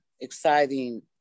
exciting